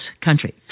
country